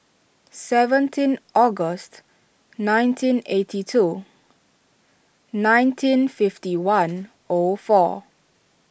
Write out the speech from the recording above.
seventeen August nineteen eighty two nineteen fifty one O four